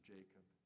Jacob